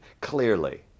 Clearly